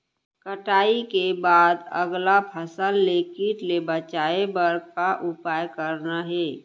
कटाई के बाद अगला फसल ले किट ले बचाए बर का उपाय करना हे?